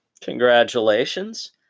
Congratulations